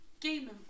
Game